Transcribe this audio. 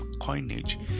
coinage